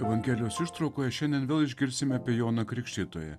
evangelijos ištraukoje šiandien vėl išgirsim apie joną krikštytoją